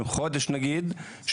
אדוני המנכ"ל, ברוך הבא.